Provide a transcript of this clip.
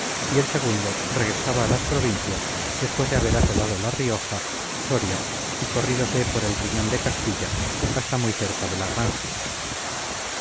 y el segundo regresaba a las provincias después de haber asolado la rioja soria y corrídose por el riñón de castilla hasta muy cerca de la granja